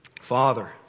Father